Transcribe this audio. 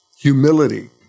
humility